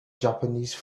japanese